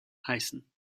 heißen